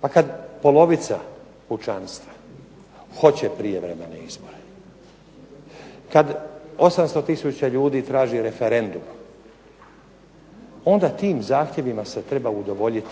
Pa kad polovica pučanstva hoće prijevremene izbore, kad 800 tisuća ljudi traži referendume, onda tim zahtjevima se treba udovoljiti.